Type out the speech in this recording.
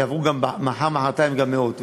יעברו מחר ומחרתיים גם מאות,